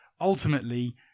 ultimately